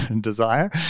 desire